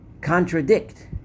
contradict